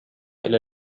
إلى